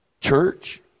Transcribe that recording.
church